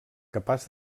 capaç